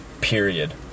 period